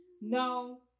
No